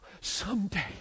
someday